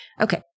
Okay